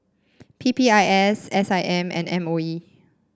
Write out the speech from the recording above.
P P I S S I M and M O E